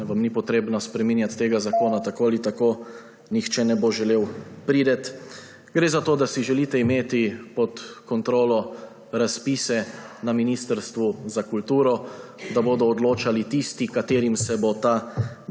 vam ni treba spreminjati tega zakona, ker tako ali tako nihče ne bo želel priti. Gre za to, da si želite imeti pod kontrolo razpise na ministrstvu za kulturo, da bodo odločali tisti, katerim se bo ta